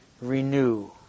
Renew